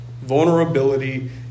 Vulnerability